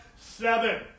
Seven